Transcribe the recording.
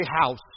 house